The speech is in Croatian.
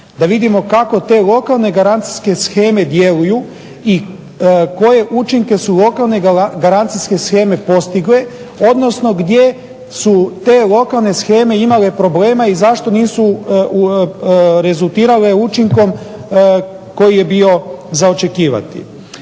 da vidimo kako te lokalne garancijske sheme djeluju i koje učinke su lokalne garancijske sheme postigle, odnosno gdje su te lokalne sheme imale problema i zašto nisu rezultirale učinkom koji je bio za očekivati.